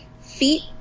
feet